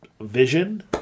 vision